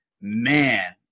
man